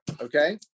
Okay